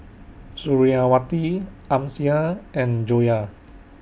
Suriawati Amsyar and Joyah